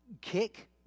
kick